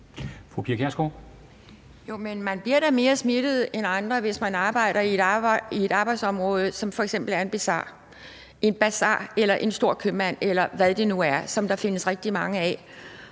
man bliver da mere smittet end andre, hvis man har arbejder på et arbejdsområde som f.eks. en basar, en stor købmand, eller hvad det nu er, som der findes rigtig mange af.